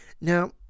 Now